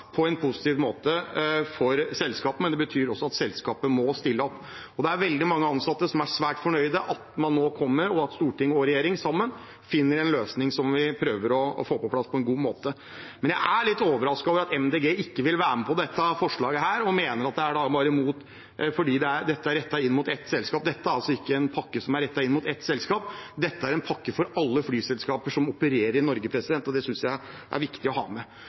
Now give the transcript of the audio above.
på en positiv måte for selskapet – men det betyr også at selskapet må stille opp. Det er veldig mange ansatte som er svært fornøyde med at storting og regjering nå kommer sammen og finner en løsning, som vi prøver å få på plass på en god måte. Men jeg er litt overrasket over at Miljøpartiet De Grønne ikke vil være med på dette forslaget og mener at det er fordi dette er rettet inn mot bare ett selskap. Dette er ikke en pakke som er rettet inn mot ett selskap, dette er en pakke for alle flyselskaper som opererer i Norge, og det synes jeg er viktig å ha med.